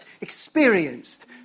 experienced